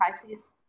crisis